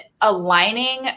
aligning